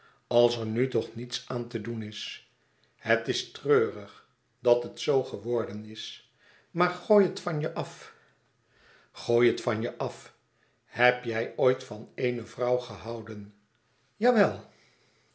als er nu toch niets aan te doen is het is treurig dat het zoo geworden is maar gooi het van je af gooi het van je af heb jij ooit van eene vrouw gehouden jawel